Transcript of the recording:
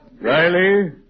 Riley